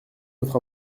votre